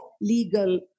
legal